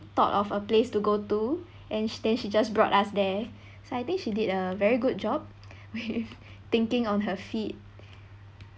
thought of a place to go to and then she just brought us there so I think she did a very good job with thinking on her feet